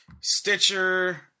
Stitcher